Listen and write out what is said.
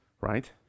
right